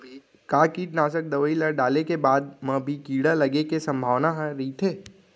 का कीटनाशक दवई ल डाले के बाद म भी कीड़ा लगे के संभावना ह रइथे?